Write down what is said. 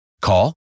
Call